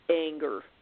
anger